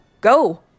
go